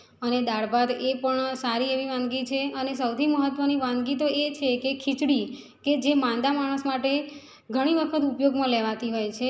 અને દાળભાત એ પણ સારી એવી વાનગી છે અને સૌથી મહત્ત્વની વાનગી તો એ છે કે ખીચડી કે જે માંદા માણસ માટે ઘણી વખત ઉપયોગમાં લેવાતી હોય છે